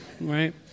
right